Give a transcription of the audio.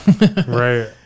Right